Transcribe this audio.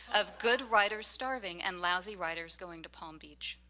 of good writers starving and lousy writers going to palm beach.